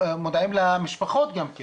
מודעים למשפחות גם כן